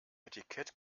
etikett